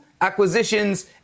acquisitions